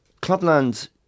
Clubland